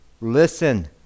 listen